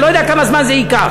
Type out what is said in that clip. אני לא יודע כמה זמן זה ייקח,